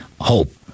hope